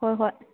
ꯍꯣꯏ ꯍꯣꯏ